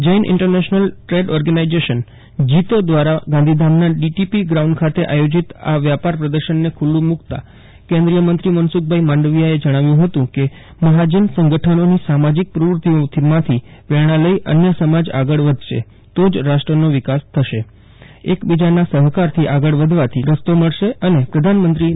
Jain international trade organisation દ્વારા ગાંધીધામના DTP ground ખાતે જીતો આયોજિતઆ વ્યાપાર પ્રદર્શનને ખુલ્લું મૂકતાં કેન્દ્રીય મંત્રી મનસુખભાઈ માંડવીયાએ જણાવ્યું હતું કે મહાજન સંગક્રનોની સામાજીક પ્રવૃતિઓમાંથી પ્રેરણા લઇ અન્ય સમાજ આગળ વધશે તો જ રાષ્ટ્રનો વિકાસ થશે એક બીજાના સહકારથી આગળ વધવાથી રસ્તો મળશે અને પ્રધાનમંત્રી શ્રી